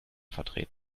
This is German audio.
vertreten